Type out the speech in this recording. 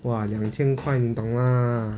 !wah! 两千块你懂 mah